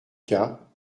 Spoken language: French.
cas